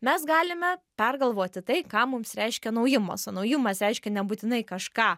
mes galime pergalvoti tai ką mums reiškia naujumas o naujumas reiškia nebūtinai kažką